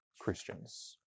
Christians